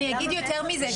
אני אגיד יותר מזה,